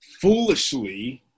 foolishly